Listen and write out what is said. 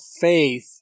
faith